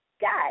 guys